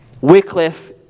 Wycliffe